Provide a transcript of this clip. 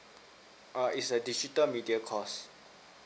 err it's a digital media course